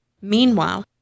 Meanwhile